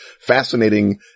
fascinating